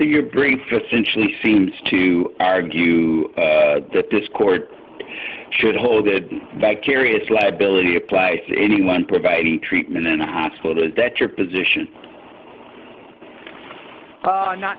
your brief essentially seems to argue that this court should hold back carious liability applies to anyone providing treatment in the hospital is that your position